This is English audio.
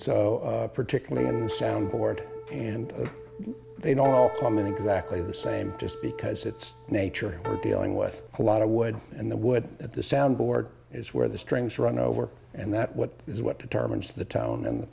so particularly in soundboard and they'd all come in exactly the same just because it's nature are dealing with a lot of wood and the wood at the soundboard is where the strings run over and that what is what determines the town and